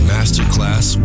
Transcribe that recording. Masterclass